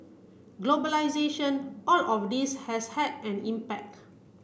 globalisation all of this has had an impact